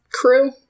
crew